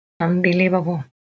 Unbelievable